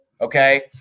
okay